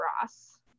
ross